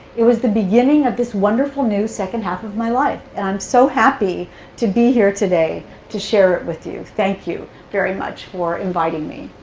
it was the beginning of this wonderful new second half of my life. and i'm so happy to be here today to share it with you. thank you very much for inviting me.